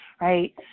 right